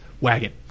wagon